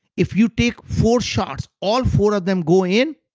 if you take four shots, all four of them go in,